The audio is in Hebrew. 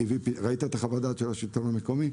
האם ראית את חוות הדעת של השלטון המקומי?